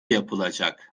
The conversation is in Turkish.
yapılacak